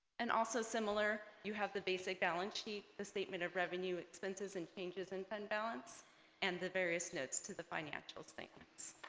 and also similar you have the basic balance sheet the statement of revenue expenses and changes in fund balance and the various notes to the financial statements